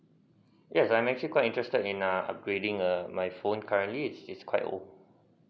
yes I'm actually quite interested in a upgrading err my phone currently it's it's quite old